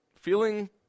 feeling